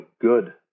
good